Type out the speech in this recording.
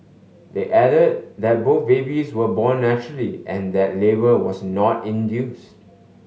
they added that both babies were born naturally and that labour was not induced